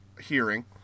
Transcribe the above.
hearing